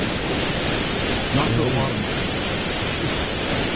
um not for a lot of money, but it's okay.